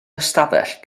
ystafell